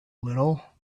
little